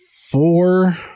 four